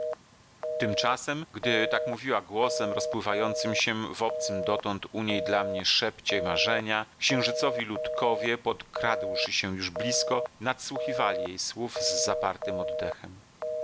tymczasem gdy tak mówiła głosem rozpływającym się w obcym dotąd u niej dla mnie szepcie marzenia księżycowi ludkowie podkradłszy się już blizko nadsłuchiwali jej słów z zapartym oddechem